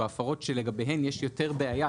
או ההפרות שלגביהן יש יותר בעיה,